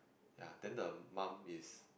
ya then the mum is